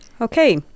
Okay